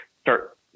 start